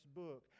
book